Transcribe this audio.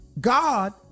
God